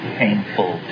painful